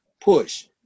push